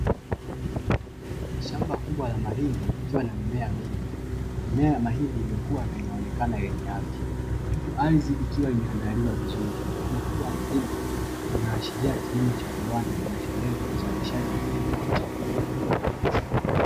Shamba kubwa la mahindi likiwa na mimea mingi, mimea ya mahindi imekuna kuonekana yenye afya, huku ardhi ikiwa imeandaliwa vizuri. Mfumo huu wa kilimo unaashiria kilimo cha viwanda kilnacholenga uzalishaji mkubwa wa chakula.